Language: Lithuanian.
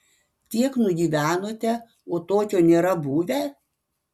tiek nugyvenote o tokio nėra buvę